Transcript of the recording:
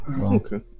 okay